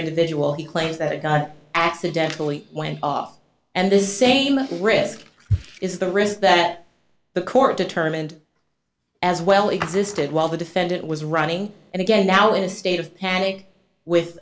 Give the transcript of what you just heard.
individual he claims that he got accidentally went off and this same risk is the risk that the court determined as well existed while the defendant was running and again now in a state of panic with